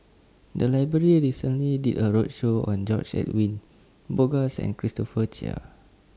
The Library recently did A roadshow on George Edwin Bogaars and Christopher Chia